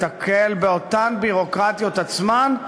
ייתקל באותן ביורוקרטיות עצמן,